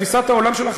תפיסת העולם שלך,